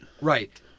Right